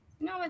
no